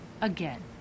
again